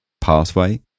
pathway